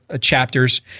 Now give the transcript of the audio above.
chapters